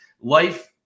life